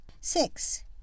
Six